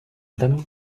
them